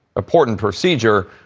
important procedure,